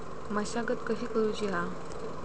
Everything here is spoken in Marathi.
मशागत कशी करूची हा?